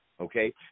okay